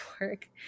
work